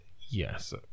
Yes